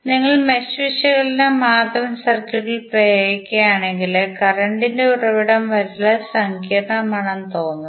നിങ്ങൾ മെഷ് വിശകലനം മാത്രം സർക്യൂട്ടിൽ പ്രയോഗിക്കുകയാണെങ്കിൽ കറന്റ് ഉറവിടം വളരെ സങ്കീർണ്ണമാണെന്ന് തോന്നുന്നു